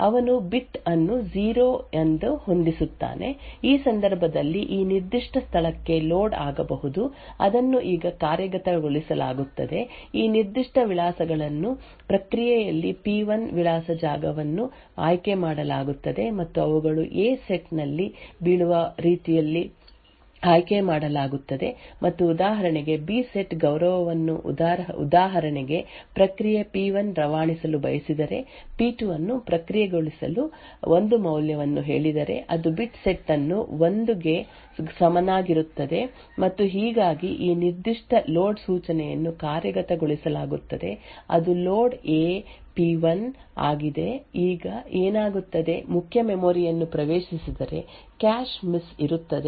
ಅವನು ಬಿಟ್ ಅನ್ನು 0 ಎಂದು ಹೊಂದಿಸುತ್ತಾನೆ ಈ ಸಂದರ್ಭದಲ್ಲಿ ಈ ನಿರ್ದಿಷ್ಟ ಸ್ಥಳಕ್ಕೆ ಲೋಡ್ ಆಗಬಹುದು ಅದನ್ನು ಈಗ ಕಾರ್ಯಗತಗೊಳಿಸಲಾಗುತ್ತದೆ ಈ ನಿರ್ದಿಷ್ಟ ವಿಳಾಸಗಳನ್ನು ಪ್ರಕ್ರಿಯೆಯಲ್ಲಿ ಪಿ1 ವಿಳಾಸ ಜಾಗವನ್ನು ಆಯ್ಕೆಮಾಡಲಾಗುತ್ತದೆ ಮತ್ತು ಅವುಗಳು ಎ ಸೆಟ್ ನಲ್ಲಿ ಬೀಳುವ ರೀತಿಯಲ್ಲಿ ಆಯ್ಕೆಮಾಡಲಾಗುತ್ತದೆ ಮತ್ತು ಉದಾಹರಣೆಗೆ ಬಿ ಸೆಟ್ ಗೌರವವನ್ನು ಉದಾಹರಣೆಗೆ ಪ್ರಕ್ರಿಯೆ ಪಿ1 ರವಾನಿಸಲು ಬಯಸಿದರೆ ಪಿ2 ಅನ್ನು ಪ್ರಕ್ರಿಯೆಗೊಳಿಸಲು 1 ಮೌಲ್ಯವನ್ನು ಹೇಳಿದರೆ ಅದು ಬಿಟ್ ಅನ್ನು 1 ಗೆ ಸಮನಾಗಿರುತ್ತದೆ ಮತ್ತು ಹೀಗಾಗಿ ಈ ನಿರ್ದಿಷ್ಟ ಲೋಡ್ ಸೂಚನೆಯನ್ನು ಕಾರ್ಯಗತಗೊಳಿಸಲಾಗುತ್ತದೆ ಅದು ಲೋಡ್ ಎ ಪಿ1 P1 ಆಗಿದೆ ಈಗ ಏನಾಗುತ್ತದೆ ಮುಖ್ಯ ಮೆಮೊರಿ ಯನ್ನು ಪ್ರವೇಶಿಸಿದರೆ ಕ್ಯಾಶ್ ಮಿಸ್ ಇರುತ್ತದೆ ಮತ್ತು ಒಂದು ಕ್ಯಾಶ್ ಲೈನ್ ಮುಖ್ಯ ಮೆಮೊರಿ ಯಿಂದ ಈ ಎ ಸೆಟ್ಗೆ ಲೋಡ್ ಆಗುತ್ತದೆ ಆದ್ದರಿಂದ ಪ್ರಕ್ರಿಯೆ ಪಿ2 ಡೇಟಾ ವನ್ನು ಹೊರಹಾಕಲಾಗುತ್ತದೆ ಮತ್ತು ಪ್ರಕ್ರಿಯೆ ಪಿ1 ಡೇಟಾ ವನ್ನು ಆ ಅನುಗುಣವಾದ ಕ್ಯಾಶ್ ಲೈನ್ ನಲ್ಲಿ ತುಂಬಲಾಗುತ್ತದೆ